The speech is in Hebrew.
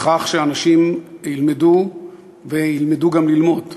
בכך שאנשים ילמדו וילמדו גם ללמוד,